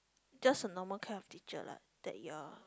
just a normal kinds of teacher lah that your